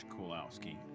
Kulowski